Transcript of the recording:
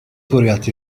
bwriadu